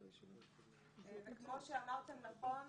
וכמו שאמרתם נכון,